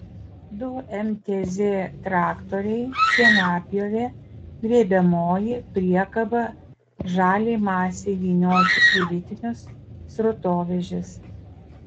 du mtz traktoriai šienapjovė grėbiamoji priekaba žaliai masei vynioti į ritinius srutovežis